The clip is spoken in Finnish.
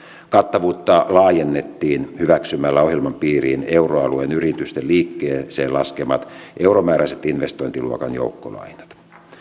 kattavuutta laajennettiin hyväksymällä ohjelman piiriin euroalueen yritysten liikkeeseen laskemat euromääräiset investointiluokan joukkolainat